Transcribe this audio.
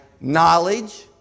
knowledge